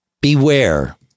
beware